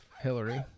Hillary